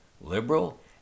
liberal